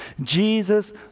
Jesus